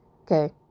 okay